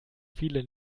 viele